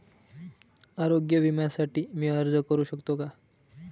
आरोग्य विम्यासाठी मी अर्ज करु शकतो का?